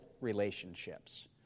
relationships